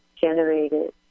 generated